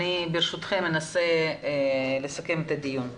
אני ברשותכם אנסה לסכם את הדיון.